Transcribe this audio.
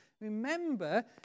Remember